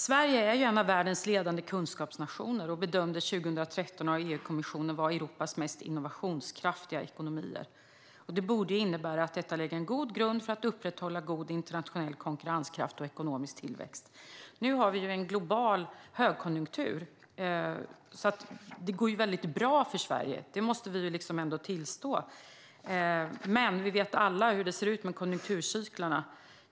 Sverige är en av världens ledande kunskapsnationer och bedömdes år 2013 av EU-kommissionen höra till Europas mest innovationskraftiga ekonomier. Det borde innebära att detta lägger en god grund för att upprätthålla god internationell konkurrenskraft och ekonomisk tillväxt. Nu har vi en global högkonjunktur. Det går väldigt bra för Sverige. Det måste vi ändå tillstå. Men vi vet alla hur det ser ut med konjunkturcyklerna.